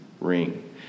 ring